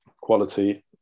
quality